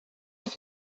ich